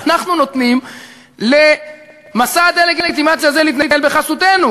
אנחנו נותנים למסע הדה-לגיטימציה הזה להתנהל בחסותנו.